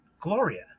Gloria